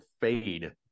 fade